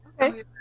Okay